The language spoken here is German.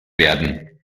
werden